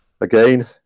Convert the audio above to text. again